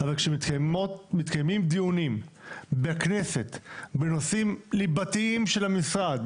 אבל כאשר מתקיימים דיונים בכנסת בנושאים ליבתיים של המשרד,